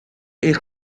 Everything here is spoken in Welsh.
eich